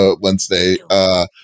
Wednesday